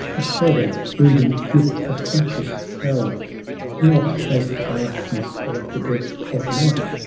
a shadow brooding with a conscious power not as the darkness of the depth of night,